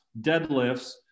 deadlifts